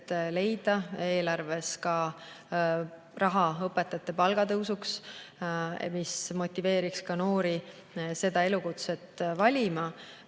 leida eelarves raha õpetajate palga tõusuks, mis motiveeriks noori seda elukutset valima.